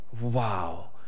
Wow